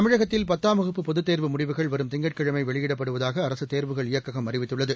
தமிழகத்தில் பத்தாம் வகுப்பு பொதுத் தேர்வு முடிவுகள் வரும் திங்கட்கிழமை வெளியிடப்படுவதாக அரசு தேர்வுகள் இயக்ககம் அறிவித்துள்ளது